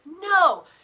No